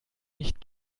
nicht